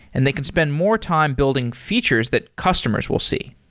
and they can spend more time building features that customers will see.